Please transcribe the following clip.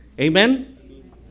Amen